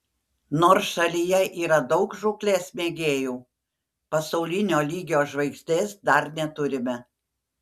nors šalyje yra daug žūklės mėgėjų pasaulinio lygio žvaigždės dar neturime